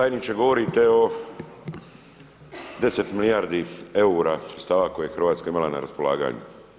Tajniče, govorite o 10 milijardi eura sredstava koje je Hrvatska imala na raspolaganju.